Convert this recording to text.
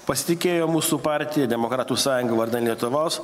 pasitikėjo mūsų partija demokratų sąjunga vardan lietuvos